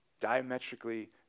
Diametrically